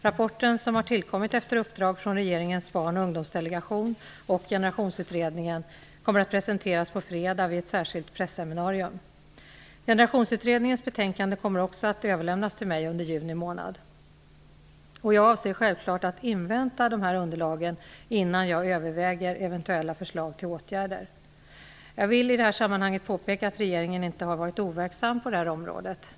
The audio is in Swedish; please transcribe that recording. Rapporten, som har tillkommit efter uppdrag från regeringens barn och ungdomsdelegation och Generationsutredningen, kommer att presenteras på fredag vid ett särskilt presseminarium. Generationsutredningens betänkande kommer också att överlämnas till mig under juni månad. Jag avser självklart att invänta dessa underlag innan jag överväger eventuella förslag till åtgärder. Jag vill i detta sammanhang påpeka att regeringen inte har varit overksam på det här området.